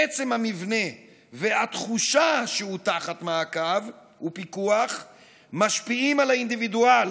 עצם המבנה והתחושה שהוא תחת מעקב ופיקוח משפיעים על האינדיבידואל,